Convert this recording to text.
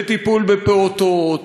בטיפול בפעוטות,